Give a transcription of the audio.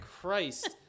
Christ